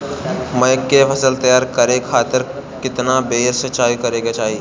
मकई के फसल तैयार करे खातीर केतना बेर सिचाई करे के चाही?